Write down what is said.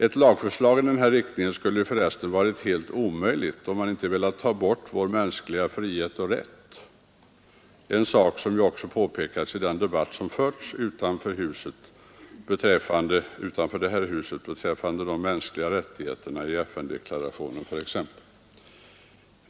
Ett lagförslag i denna riktning skulle för resten ha varit helt omöjligt, om man inte velat ta bort vår mänskliga frihet och rätt — en sak som ju också påpekats i den debatt som förts utanför det här huset beträffande de mänskliga rättigheterna i FN-deklarationen.